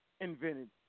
invented